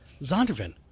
Zondervan